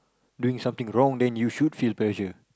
doing something wrong then you should feel pressure